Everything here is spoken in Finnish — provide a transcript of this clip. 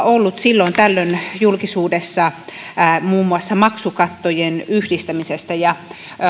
ollut silloin tällöin hieman keskustelua julkisuudessa muun muassa maksukattojen yhdistämisestä ja